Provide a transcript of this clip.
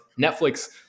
Netflix